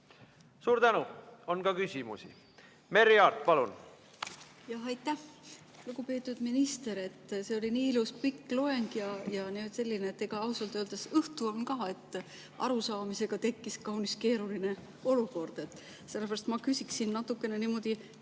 Suur tänu! On ka küsimusi. Merry Aart, palun! Aitäh! Lugupeetud minister! See oli nii ilus pikk loeng ja selline, aga ausalt öeldes õhtu on ka, nii et arusaamisega tekkis kaunis keeruline olukord. Sellepärast ma küsin natuke niimoodi